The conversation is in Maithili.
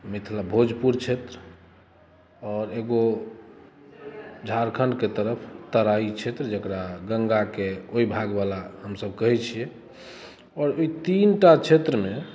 मिथिला भोजपुर क्षेत्र आओर एगो झारखण्ड के तरफ तराइ क्षेत्र जेकरा गङ्गा के ओहि भाग बला हमसभ कहै छियै आओर ओहि तीनटा क्षेत्र मे